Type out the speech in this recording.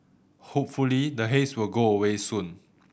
hopefully the haze will go away soon